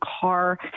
car